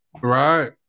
Right